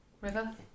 River